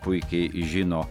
puikiai žino